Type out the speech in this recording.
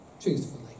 truthfully